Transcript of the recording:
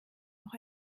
auch